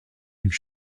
d’une